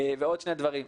ועוד שני דברים.